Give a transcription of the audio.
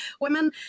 women